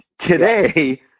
Today